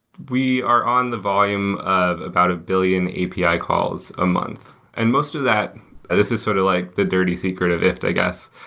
we are on the volume of about a billion api calls a month, and most of that this is sort of like the dirty secret of ifttt, i guess.